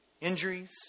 injuries